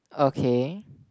okay